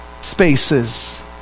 spaces